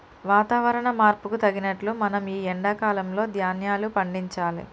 వాతవరణ మార్పుకు తగినట్లు మనం ఈ ఎండా కాలం లో ధ్యాన్యాలు పండించాలి